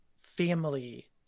family